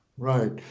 Right